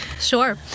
Sure